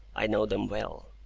i know them well.